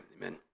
amen